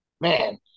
man